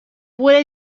puede